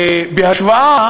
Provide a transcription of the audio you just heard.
בהשוואה,